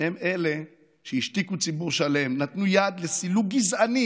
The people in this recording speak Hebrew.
הם אלה שהשתיקו ציבור שלם, נתנו יד לסילוק גזעני